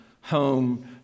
home